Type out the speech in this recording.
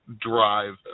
Drive